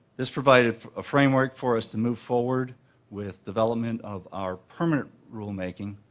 this provided framework for us to move forward with development of our permanent rulemaking,